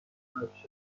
هنرپیشه